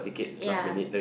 ya